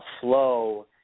flow